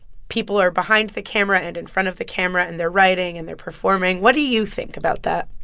people are behind the camera and in front of the camera, and they're writing, and they're performing. what do you think about that?